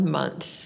month